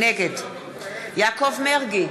נגד יעקב מרגי,